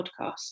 podcast